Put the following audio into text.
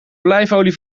olijfolie